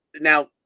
Now